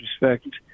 respect